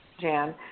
Jan